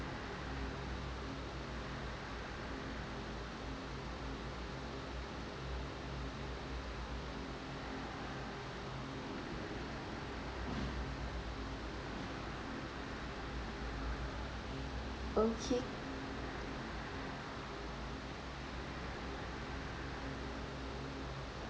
okay